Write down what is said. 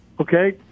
Okay